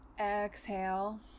exhale